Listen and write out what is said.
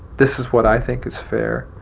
this is what i think is fair,